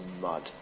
mud